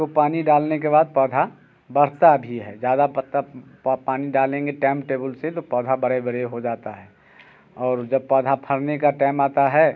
तो पानी डालने के बाद पौधा बढ़ता भी है ज़्यादा पत्ता पानी डालेंगे टैम टेबुल से तो पौधा बड़े बड़े हो जाता है और जब पौधा फरने का टाइम आता है